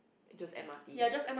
just M R T